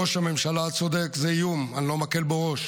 ראש הממשלה צודק, זה איום, אני לא מקל בו ראש.